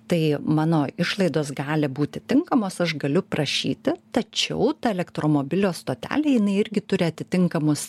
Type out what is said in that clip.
tai mano išlaidos gali būti tinkamos aš galiu prašyti tačiau ta elektromobilio stotelė jinai irgi turi atitinkamus